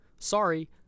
Sorry